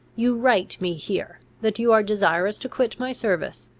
you write me here, that you are desirous to quit my service.